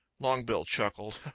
longbill chuckled.